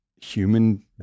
human